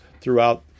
throughout